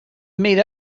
meet